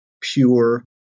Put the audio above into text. pure